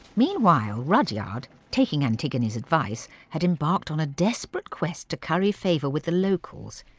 meanwhile, rudyard, taking antigone's advice, had embarked on a desperate quest to curry favour with the locals.